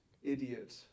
Idiot